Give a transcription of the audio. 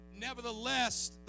nevertheless